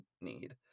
need